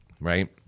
right